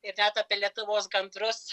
ir net apie lietuvos gandrus